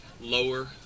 lower